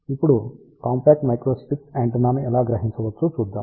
ఇప్పుడు compact microstrip యాంటెన్నాను ఎలా గ్రహించవచ్చో చూద్దాం